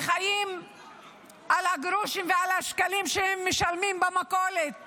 וחיים על הגרושים ועל השקלים שהם משלמים במכולת